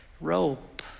rope